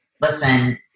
Listen